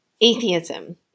atheism